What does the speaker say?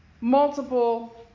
multiple